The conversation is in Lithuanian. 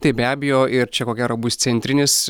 taip be abejo ir čia ko gero bus centrinis